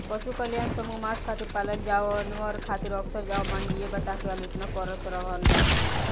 पशु कल्याण समूह मांस खातिर पालल जानवर खातिर अक्सर अमानवीय बता के आलोचना करत रहल बावे